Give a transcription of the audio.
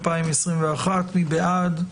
מי בעד?